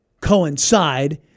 coincide